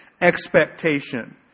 expectation